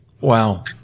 Wow